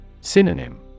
Synonym